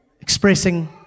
expressing